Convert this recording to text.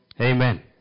Amen